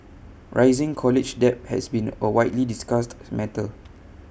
rising college debt has been A widely discussed matter